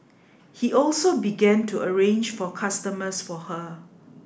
he also began to arrange for customers for her